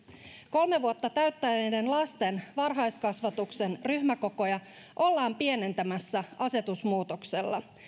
kolme vuotta täyttäneiden lasten varhaiskasvatuksen ryhmäkokoja ollaan pienentämässä asetusmuutoksella